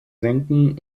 senken